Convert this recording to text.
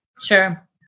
Sure